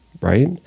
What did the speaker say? right